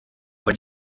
what